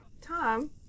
Tom